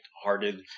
hearted